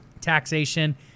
Taxation